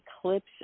eclipse